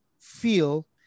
feel